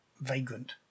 vagrant